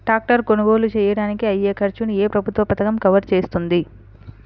Tractor కొనుగోలు చేయడానికి అయ్యే ఖర్చును ఏ ప్రభుత్వ పథకం కవర్ చేస్తుంది?